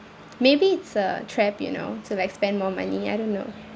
maybe it's a trap you know to like spend more money I don't know